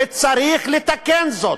וצריך לתקן זאת.